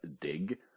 dig